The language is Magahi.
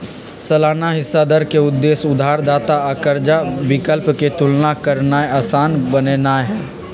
सालाना हिस्सा दर के उद्देश्य उधारदाता आ कर्जा विकल्प के तुलना करनाइ असान बनेनाइ हइ